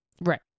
right